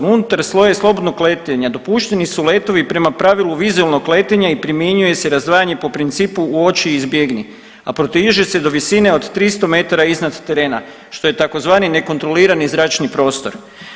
Unutar sloja slobodnog letenja dopušteni su letovi prema pravilu vizualnog letenja i primjenjuje se razdvajanje po principu uoči i izbjegni, a proteže se do visine od 300 metara iznad terena što je tzv. nekontrolirani zračni prostor.